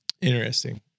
Interesting